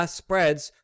spreads